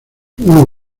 uno